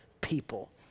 people